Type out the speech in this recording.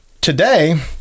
Today